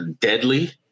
deadly